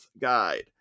Guide